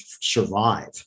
survive